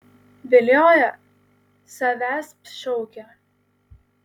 vilioja savęsp šaukia